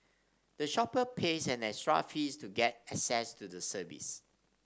the shopper pays an extra fees to get access to the service